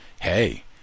Hey